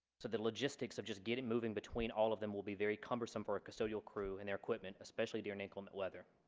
so the logistics of just getting moving between all of them will be there cumbersome for custodial crew and their equipment especially during inclement weather